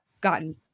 gotten